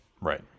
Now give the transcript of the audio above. Right